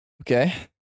okay